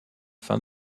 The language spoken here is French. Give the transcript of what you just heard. fin